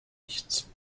nichts